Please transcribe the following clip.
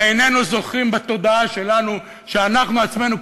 ואיננו זוכרים בתודעה שלנו שאנחנו עצמנו,